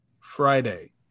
friday